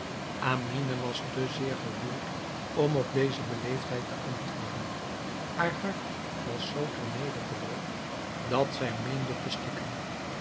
amine was te zeer geroerd om op deze beleefdheid te antwoorden haar hart was zoo ter neder gedrukt dat zij meende te stikken